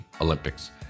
olympics